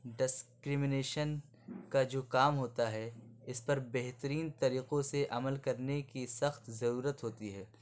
discrimination کا جو کام ہوتا ہے اس پر بہترین طریقوں سے عمل کرنے کی سخت ضرورت ہوتی ہے